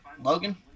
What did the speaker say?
Logan